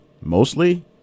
mostly